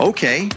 Okay